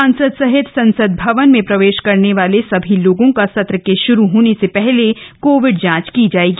सांसद सहित संसद भवन में प्रवेश करने वाले सभी लोगों का सत्र के शुरू होने से पहले कोविड जांच की गई है